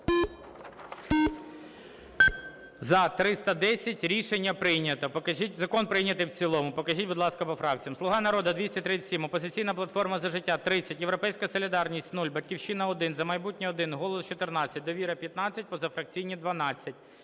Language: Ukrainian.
За-310 Рішення прийнято. Закон прийнятий в цілому. Покажіть, будь ласка, по фракціях. "Слуга народу" – 237, "Опозиційна платформа - За життя" – 30, "Європейська солідарність" – 0, "Батьківщина" – 1, "За майбутнє" – 1, "Голос" – 14, "Довіра" – 15, позафракційні – 12.